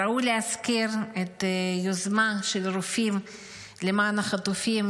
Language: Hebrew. ראוי להזכיר את היוזמה של רופאים למען החטופים,